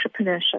entrepreneurship